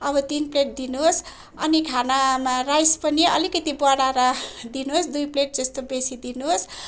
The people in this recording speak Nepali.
अब तिन प्लेट दिनुहोस् अनि खानामा राइस पनि अलिकति बढाएर दिनुहोस् दुई प्लेट जस्तो बेसी दिनुहोस्